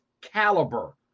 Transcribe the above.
caliber